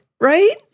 right